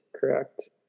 correct